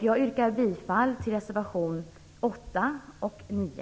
Jag yrkar bifall till reservationerna 8 och 9.